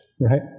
right